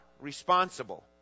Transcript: responsible